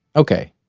ok,